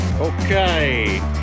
Okay